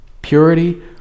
Purity